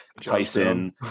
Tyson